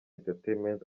entertainment